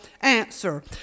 answer